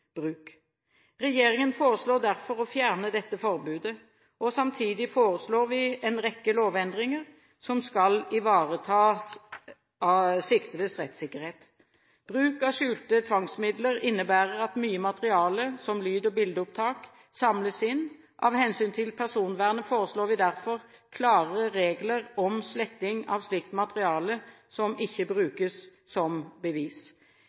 Regjeringen foreslår derfor å fjerne dette forbudet. Samtidig foreslår vi en rekke lovendringer som skal ivareta siktedes rettssikkerhet. Bruk av skjulte tvangsmidler innebærer at mye materiale, som lyd- og bildeopptak, samles inn. Av hensyn til personvernet foreslår vi derfor klarere regler om sletting av slikt materiale som ikke brukes som bevis.